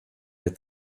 der